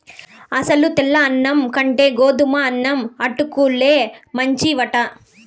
అసలు తెల్ల అన్నం కంటే గోధుమన్నం అటుకుల్లే మంచివట